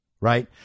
right